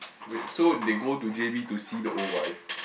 wait so they go to J_B to see the old wife